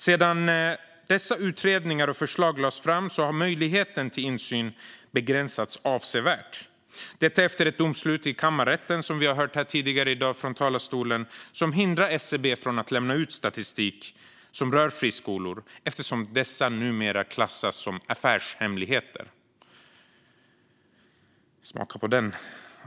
Sedan dessa utredningar och förslag lades fram har möjligheten till insyn begränsats avsevärt - detta efter ett domslut i kammarrätten som vi har hört om tidigare här i dag från talarstolen. Domslutet hindrar SCB från att lämna ut statistik som rör friskolor eftersom detta numera klassas som affärshemligheter. Smaka på den!